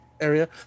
area